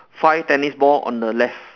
five tennis ball on the left